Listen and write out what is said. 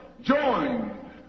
Join